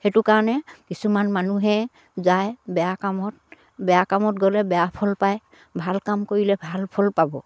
সেইটো কাৰণে কিছুমান মানুহে যায় বেয়া কামত বেয়া কামত গ'লে বেয়া ফল পায় ভাল কাম কৰিলে ভাল ফল পাব